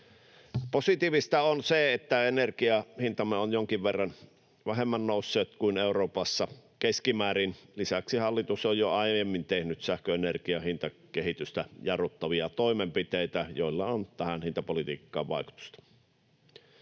Positiivista on se, että energiahintamme ovat jonkin verran vähemmän nousseet kuin Euroopassa keskimäärin. Lisäksi hallitus on jo aiemmin tehnyt sähköenergiahintakehitystä jarruttavia toimenpiteitä, joilla on tähän hintapolitiikkaan vaikutusta.